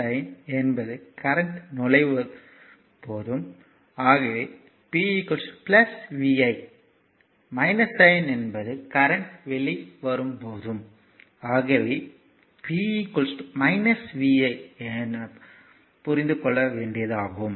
sign என்பது current நுழை போதும் ஆகவே pvi சைன் என்பது கரண்ட் வெளி வரும் போதும் ஆகவே p vi என புரிந்து கொள்ளலாம்